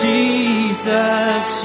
Jesus